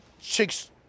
Chicks